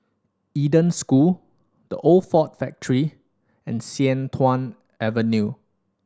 Eden School The Old Ford Factory and Sian Tuan Avenue